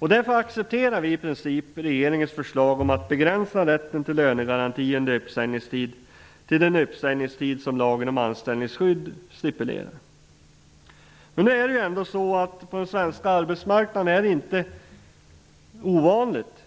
Därför accepterar vi i princip regeringens förslag om att begränsa rätten till lönegaranti under uppsägningstid till den uppsägningstid som lagen om anställningsskydd stipulerar. Men på den svenska arbetsmarknaden är det inte ovanligt